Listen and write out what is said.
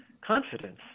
confidence